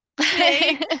Hey